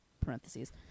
parentheses